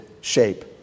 shape